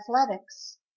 athletics